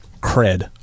cred